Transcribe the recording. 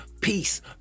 peace